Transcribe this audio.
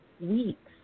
weeks